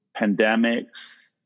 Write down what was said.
pandemics